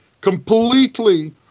completely